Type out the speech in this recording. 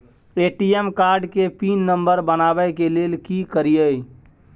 ATM card के pin number बनाबै के लेल की करिए?